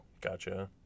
Gotcha